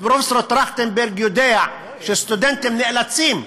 פרופסור טרכטנברג יודע שסטודנטים נאלצים,